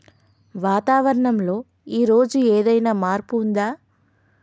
వాతావరణం లో ఈ రోజు ఏదైనా మార్పు ఉందా?